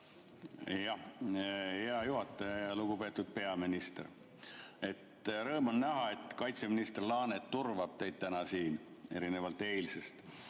Hea juhataja! Lugupeetud peaminister! Rõõm on näha, et kaitseminister Laanet turvab teid täna siin, erinevalt eilsest.